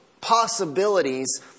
possibilities